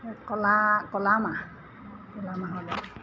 ক'লা ক'লা মাহ ক'লা মাহৰ দাইল